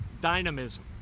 dynamism